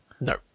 No